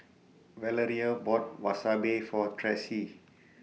Valeria bought Wasabi For Tressie